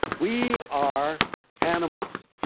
we are animals,